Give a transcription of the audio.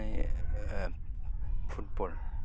माने फुटबल